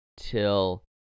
till